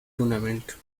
tournament